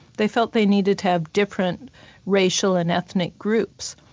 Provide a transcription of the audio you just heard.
they felt they needed to have different racial and ethnic groups,